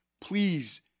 Please